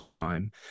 time